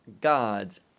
God's